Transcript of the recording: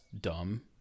dumb